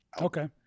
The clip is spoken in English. okay